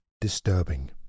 disturbing